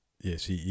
yes